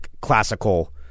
classical